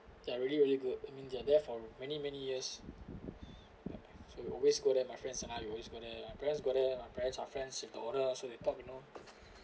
there are really really good I mean they're there for many many years right so we always go there my friends somehow are always going there my parents go there my parents are friends with the owner so they talk you know